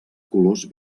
colors